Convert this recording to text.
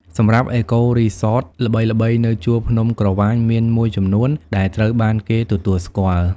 គម្រោង អេកូរីសតល្បីៗនៅជួរភ្នំក្រវាញមានមួយចំនួនដែលត្រូវបានគេទទួលស្គាល់។